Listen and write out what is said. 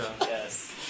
Yes